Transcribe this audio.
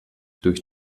durch